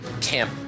camp